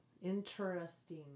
Interesting